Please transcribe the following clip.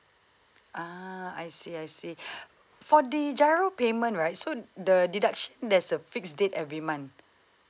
uh I see I see for the giro payment right so the deduction there's a fixed date every month